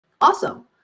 Awesome